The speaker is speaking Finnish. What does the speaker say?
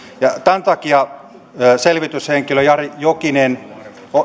tämän takia parasta aikaa selvityshenkilö jari jokinen